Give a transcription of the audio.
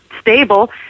stable